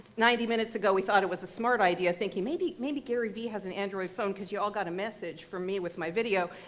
ninety minutes ago we thought it was a smart idea, thinking maybe maybe gary v has an android phone because y'all got a message from me with my video,